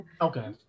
Okay